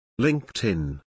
LinkedIn